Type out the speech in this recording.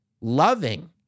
loving